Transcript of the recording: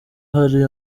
hari